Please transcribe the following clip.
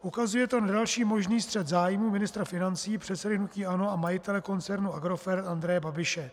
Ukazuje to na další možný střet zájmů ministra financí, předsedy hnutí ANO a majitele koncernu Agrofert Andreje Babiše.